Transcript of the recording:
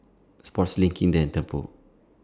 Sportslink Kinder and Tempur